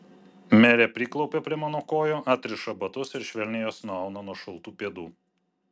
merė priklaupia prie mano kojų atriša batus ir švelniai juos nuauna nuo šaltų pėdų